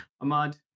Ahmad